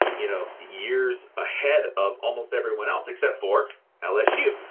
you know, years ahead of almost everyone else except for lsu.